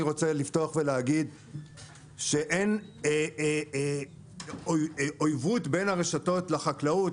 אני רוצה לפתוח ולהגיד שאין אויבות בין הרשתות לחקלאות.